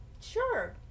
Sure